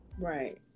Right